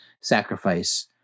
sacrifice